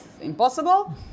impossible